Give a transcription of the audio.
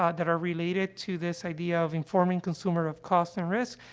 ah that are related to this idea of informing consumer of costs and risks,